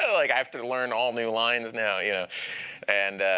like, i have to learn all new lines now, yeah and